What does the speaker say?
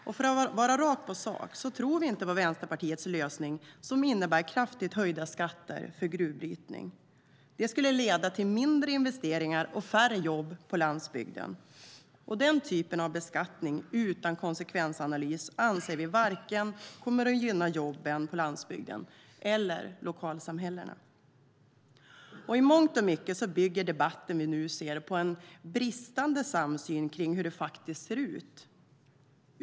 Och för att vara rakt på sak tror vi inte på Vänsterpartiets lösning som innebär kraftigt höjda skatter för gruvbrytning. Det skulle leda till mindre investeringar och färre jobb på landsbygden. Vi anser att den typen av beskattning utan konsekvensanalyser varken kommer att gynna jobben på landsbygden eller lokalsamhällena. I mångt och mycket bygger den debatt som vi nu ser på en bristande samsyn kring hur det faktiskt ser ut.